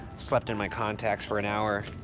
slept in my contacts for an hour.